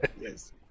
Yes